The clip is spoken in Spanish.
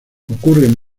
ocurren